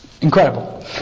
Incredible